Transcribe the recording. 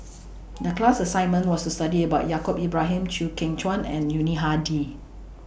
The class assignment was to study about Yaacob Ibrahim Chew Kheng Chuan and Yuni Hadi